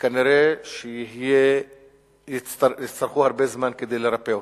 כנראה יצטרכו הרבה זמן כדי לרפא אותה.